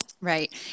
Right